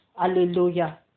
Hallelujah